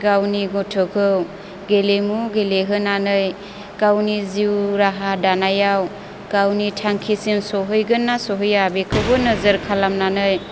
गावनि गथ'खौ गेलेमु गेलेहोनानै गावनि जिउ राहा दानायाव गावनि थांखिसिम सहैगोनना सहैया बेखौबो नोजोर खालामनानै